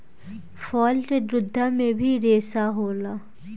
फल के गुद्दा मे भी रेसा होला